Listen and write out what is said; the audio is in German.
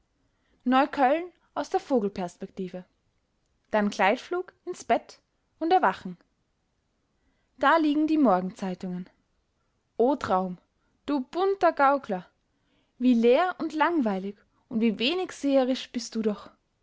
neukölln aus der vogelperspektive dann gleitflug ins bett und erwachen da liegen die morgenzeitungen o traum du bunter gaukler wie leer und langweilig und wie wenig seherisch bist du doch